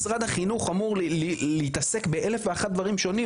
משרד החינוך אמור להתעסק באלף ואחד דברים שונים,